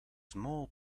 small